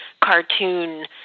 cartoon